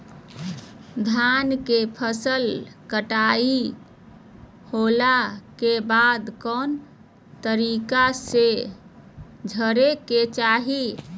धान के फसल कटाई होला के बाद कौन तरीका से झारे के चाहि?